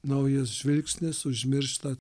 naujas žvilgsnis užmiršta